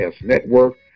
Network